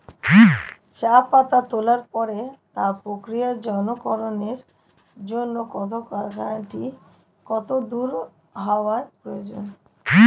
চা পাতা তোলার পরে তা প্রক্রিয়াজাতকরণের জন্য কারখানাটি কত দূর হওয়ার প্রয়োজন?